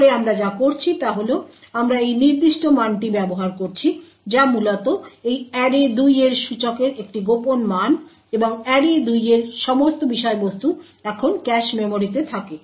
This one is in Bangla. এর পরে আমরা যা করছি তা হল আমরা এই নির্দিষ্ট মানটি ব্যবহার করছি যা মূলত এই array2 এর সূচকের একটি গোপন মান এবং array2 এর সমস্ত বিষয়বস্তু এখন ক্যাশ মেমরিতে থাকে